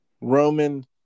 Roman